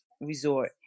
resort